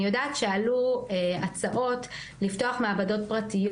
אני יודעת שעלו הצעות לפתוח מעבדות פרטיות,